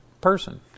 person